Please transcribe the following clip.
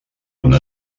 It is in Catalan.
una